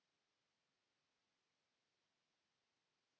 Kiitos.